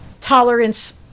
tolerance